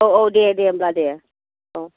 औ औ दे दे होमब्ला दे औ